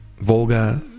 Volga